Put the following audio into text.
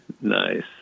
nice